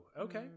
okay